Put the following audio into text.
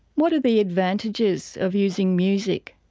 what are the advantages of using music?